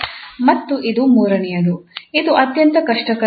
ಮತ್ತು ಇದು ಮೂರನೆಯದು ಇದು ಅತ್ಯಂತ ಕಷ್ಟಕರವಾದದ್ದು